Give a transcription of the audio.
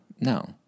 No